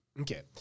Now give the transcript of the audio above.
Okay